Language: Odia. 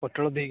ପୋଟଳ ଦୁଇ